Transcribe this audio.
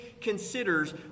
considers